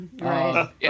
Right